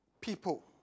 people